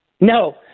No